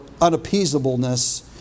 unappeasableness